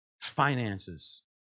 finances